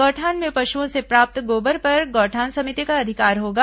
गौठान में पशुओं से प्राप्त गोबर पर गौठान समिति का अधिकार होगा